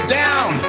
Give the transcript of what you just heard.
down